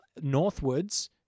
northwards